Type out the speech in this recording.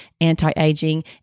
anti-aging